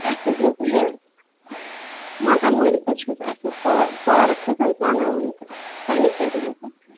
اَسہِ حظ اوس یہِ مکان مٲلِک حظ چھس اَسہِ ٲس پارَک حظ ٲس بَناوٕنۍ تہٕ تَمے کَریٚو مےٚ تۄہہِ فون